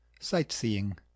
sightseeing